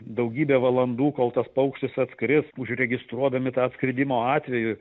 daugybę valandų kol tas paukštis atskris užregistruodami tą atskridimo atvejį